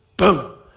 boom,